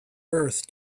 earth